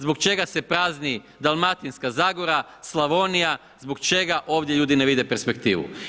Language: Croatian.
Zbog čega se prazni Dalmatinska zagora, Slavonija, zbog čega ovdje ljudi ne vide perspektivu?